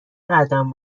قدم